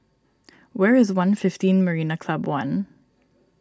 where is one fifteen Marina Club one